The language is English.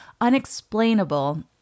unexplainable